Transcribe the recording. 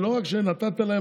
לא רק שנתת להם,